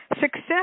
success